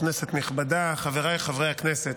כנסת נכבדה, חבריי חברי הכנסת,